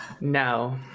no